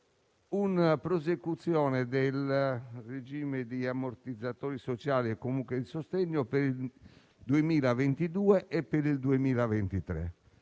una prosecuzione del regime di ammortizzatori sociali e comunque di sostegno per il 2022 e per il 2023.